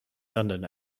sudden